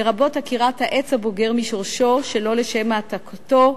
לרבות עקירת העץ הבוגר משורשו שלא לשם העתקתו,